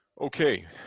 Okay